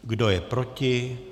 Kdo je proti?